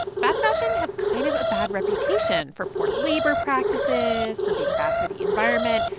fast-fashion has kind of a bad reputation for poor labor practices, for being bad for the environment.